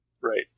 Right